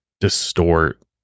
distort